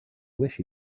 wish